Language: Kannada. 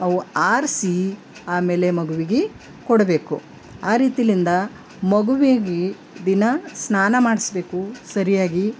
ಅವು ಆರಿಸಿ ಆಮೇಲೆ ಮಗುವಿಗೆ ಕೊಡ್ಬೇಕು ಆ ರೀತಿಯಿಂದ ಮಗುವಿಗೆ ದಿನಾ ಸ್ನಾನ ಮಾಡಿಸ್ಬೇಕು ಸರಿಯಾಗಿ